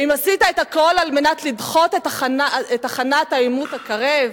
האם עשית את הכול על מנת לדחות את הכנת העימות הקרב?